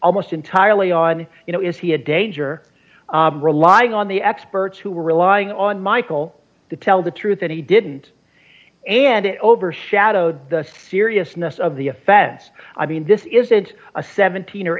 almost entirely on you know is he a danger relying on the experts who were relying on michael to tell the truth that he didn't and it overshadowed the seriousness of the offense i mean this isn't a seventeen or